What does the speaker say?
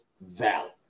Valley